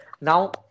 now